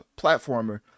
platformer